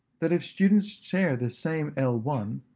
that if students share the same l one,